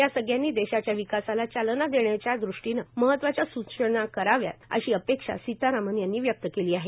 या सगळ्यांनी देशाच्या विकासाला चालना देण्याच्या दृष्टीनं महत्वाच्या सूचना कराव्यात अशी अपेक्षा सीतारामन यांनी व्यक्त केली आहे